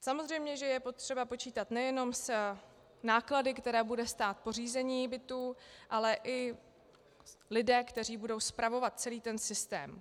Samozřejmě je potřeba počítat nejenom s náklady, které bude stát pořízení bytů, ale i na lidi, kteří budou spravovat celý ten systém.